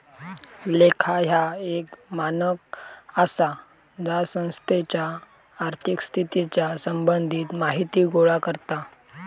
लेखा ह्या एक मानक आसा जा संस्थेच्या आर्थिक स्थितीच्या संबंधित माहिती गोळा करता